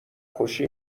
خوشی